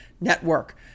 Network